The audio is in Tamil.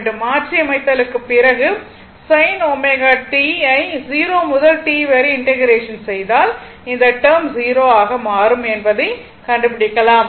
மாற்றி அமைத்தலுக்கு பிறகு sin ω t ஐ 0 முதல் T வரை இன்டெகிரெஷன் செய்தால் இந்த டெர்ம் 0 ஆக மாறும் என்பதை கண்டுபிடிக்கலாம்